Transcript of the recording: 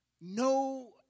No